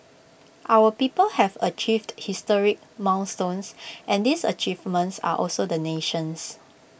our people have achieved historic milestones and these achievements are also the nation's